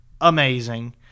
amazing